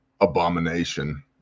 abomination